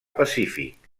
pacífic